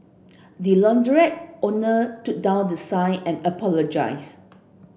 the launderette owner took down the sign and apologised